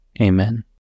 Amen